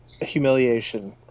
humiliation